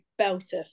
belter